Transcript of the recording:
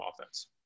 offense